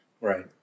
right